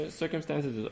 circumstances